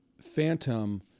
phantom